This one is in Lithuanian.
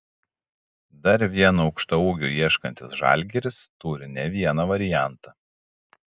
dar vieno aukštaūgio ieškantis žalgiris turi ne vieną variantą